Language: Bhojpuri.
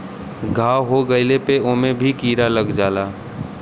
घाव हो गइले पे ओमे भी कीरा लग जाला